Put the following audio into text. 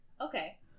Okay